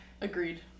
Agreed